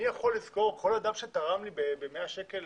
אני יכול לזכור כל אדם שתרם לי ב-100 שקל